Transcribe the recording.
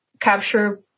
capture